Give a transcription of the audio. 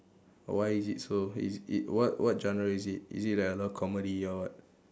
why is it so it it what what genre is it is it like a love comedy or what